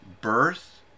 birth